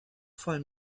voll